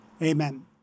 Amen